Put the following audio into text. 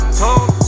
told